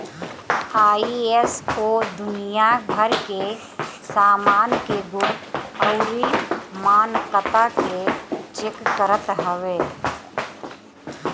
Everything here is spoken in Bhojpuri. आई.एस.ओ दुनिया भर के सामान के गुण अउरी मानकता के चेक करत हवे